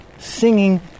Singing